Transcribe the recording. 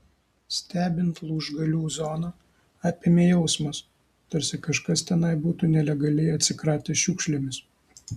stebint lūžgalių zoną apėmė jausmas tarsi kažkas tenai būtų nelegaliai atsikratęs šiukšlėmis